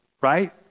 Right